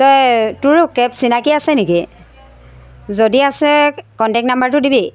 তোৰো কেব চিনাকি আছে নেকি যদি আছে কনটেক্ট নাম্বাৰটো দিবি